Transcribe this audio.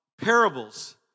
parables